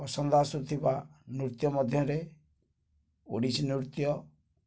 ପସନ୍ଦ ଆସୁଥିବା ନୃତ୍ୟ ମଧ୍ୟରେ ଓଡ଼ିଶୀ ନୃତ୍ୟ